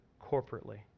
corporately